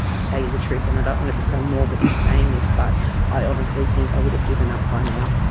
to tell you the truth, and i don't want to be so morbid in saying this, but i honestly think i would have given up by now.